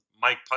Mike